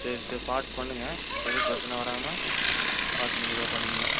சரி சரி பார்த்து பண்ணுங்கள் எதுவும் பிரச்சனை வராமல் பார்த்து நீங்கள் தான் பண்ணிக்கனும்